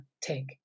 take